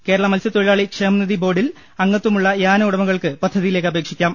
കേരള മത്സൃത്തൊഴിലാളി ക്ഷേമനിധി ബോർഡിൽ അംഗത്ഥമുള്ള യാന ഉടമകൾക്ക് പദ്ധതിയിലേക്ക് അപേക്ഷിക്കാം